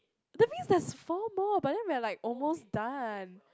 that means there's four more but then we are like almost done